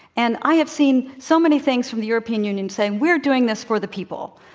and i have seen so many things from the european union saying, we're doing this for the people,